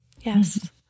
Yes